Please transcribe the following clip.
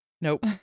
Nope